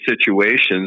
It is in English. situations